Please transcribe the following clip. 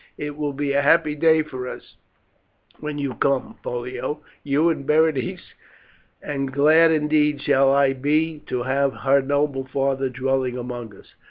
it will be a happy day for us when you come, pollio, you and berenice and glad indeed shall i be to have her noble father dwelling among us.